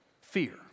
fear